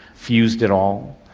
fused it all.